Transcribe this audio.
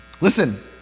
Listen